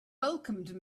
welcomed